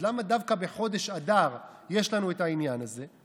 אז למה דווקא בחודש אדר יש לנו את העניין הזה?